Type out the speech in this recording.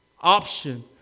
option